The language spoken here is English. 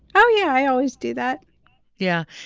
oh, yeah, i always do that yeah.